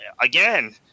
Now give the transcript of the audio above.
again